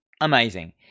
amazing